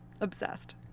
obsessed